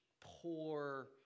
poor